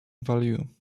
value